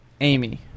Amy